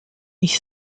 ich